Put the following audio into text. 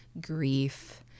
grief